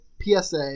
PSA